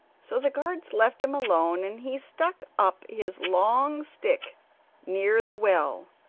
so the guards left him alone and he stuck up his long stick near the well,